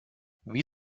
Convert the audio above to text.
wie